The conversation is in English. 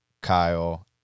Kyle